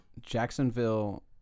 Jacksonville